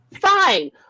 Fine